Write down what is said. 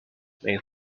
may